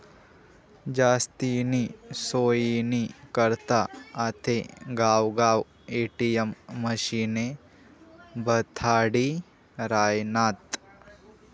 जास्तीनी सोयनी करता आते गावगाव ए.टी.एम मशिने बठाडी रायनात